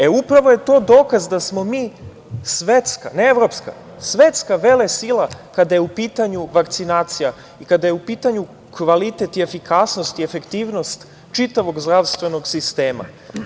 E, upravo je to dokaz da smo mi svetska, ne evropska velesila kada je u pitanju vakcinacija, kada je u pitanju kvalitet i efikasnost i efektivnost, čitavog zdravstvenog sistema.